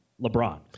LeBron